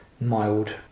mild